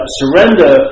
surrender